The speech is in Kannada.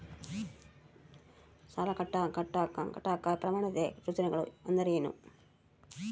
ಸಾಲ ಕಟ್ಟಾಕ ಪ್ರಮಾಣಿತ ಸೂಚನೆಗಳು ಅಂದರೇನು?